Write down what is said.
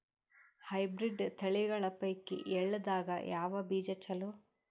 Hybrid ತಳಿಗಳ ಪೈಕಿ ಎಳ್ಳ ದಾಗ ಯಾವ ಬೀಜ ಚಲೋ?